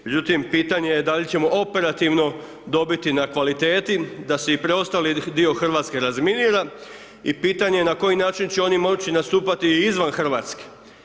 Međutim, pitanje je da li ćemo operativno dobiti na kvaliteti da se i preostali dio Hrvatske razminira i pitanje je na koji način će oni moći nastupati i izvan Hrvatske.